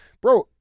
bro